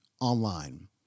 online